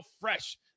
fresh